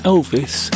Elvis